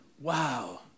wow